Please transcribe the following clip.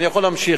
אני יכול להמשיך,